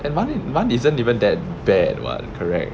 and mun mun isn't even that bad what correct